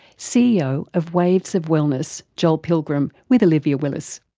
ceo of waves of wellness, joel pilgrim, with olivia willis.